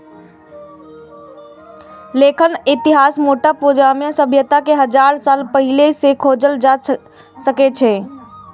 लेखांकनक इतिहास मोसोपोटामिया सभ्यता सं हजार साल पहिने सं खोजल जा सकै छै